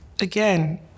again